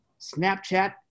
Snapchat